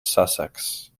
sussex